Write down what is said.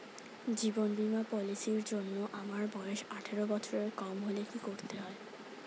জীবন বীমা পলিসি র জন্যে আমার বয়স আঠারো বছরের কম হলে কি করতে হয়?